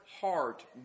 heart